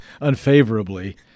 unfavorably